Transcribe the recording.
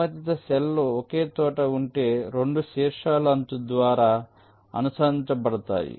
సంబంధిత సెల్ లు ఒకే చోట ఉంటే 2 శీర్షాలు అంచు ద్వారా అనుసంధానించబడతాయి